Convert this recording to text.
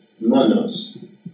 monos